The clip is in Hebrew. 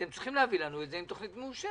אתם צריכים להביא לנו את זה עם תוכנית מאושרת.